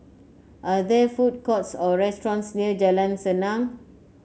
are there food courts or restaurants near Jalan Senang